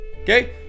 Okay